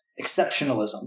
exceptionalism